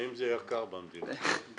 מים זה יקר במדינה.